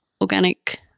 organic